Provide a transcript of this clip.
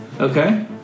Okay